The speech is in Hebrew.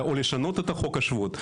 או לשנות את חוק השבות,